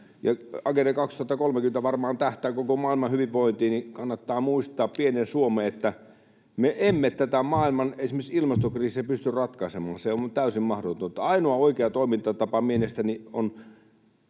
Agenda 2030 varmaan tähtää koko maailman hyvinvointiin, niin kannattaa muistaa pienen Suomen, että me emme esimerkiksi tätä maailman ilmastokriisiä pysty ratkaisemaan. Se on täysin mahdotonta. Ainoa oikea toimintatapa mielestäni on